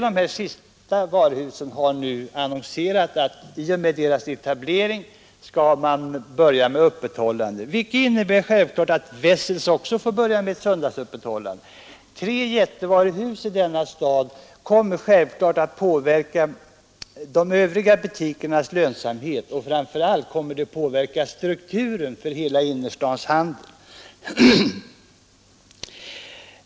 De båda sista varuhusen har annonserat att de i och med sin etablering skall börja med öppethållande på söndagarna, vilket självfallet innebär att Wessels också får börja med söndagsöppet. Tre stora varuhus som har söndagsöppet i denna stad kommer självfallet att påverka de övriga butikernas lönsamhet och framför allt då strukturen av hela innerstadens handel.